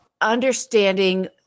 understanding